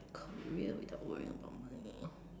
career without worrying about money